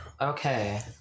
Okay